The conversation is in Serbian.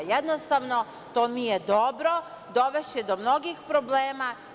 Jednostavno, to nije dobro, dovešće do novih problema.